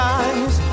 eyes